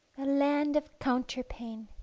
land of counterpane